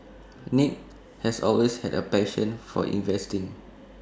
nick has always had A passion for investing